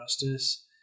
Justice